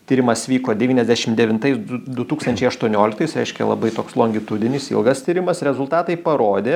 tyrimas vyko devyniasdešim devintais du du tūkstančiai aštuonioliktais reiškia labai toks longitudinis ilgas tyrimas rezultatai parodė